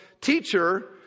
teacher